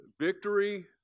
victory